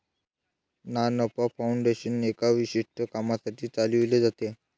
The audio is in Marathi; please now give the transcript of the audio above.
ना नफा फाउंडेशन एका विशिष्ट कामासाठी चालविले जाते